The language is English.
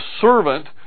servant